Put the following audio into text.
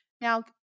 Now